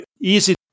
easy